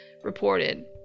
Reported